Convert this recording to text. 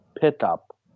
pickup